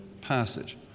passage